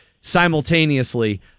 simultaneously